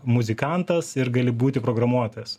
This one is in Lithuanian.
muzikantas ir gali būti programuotojas